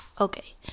Okay